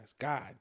God